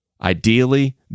ideally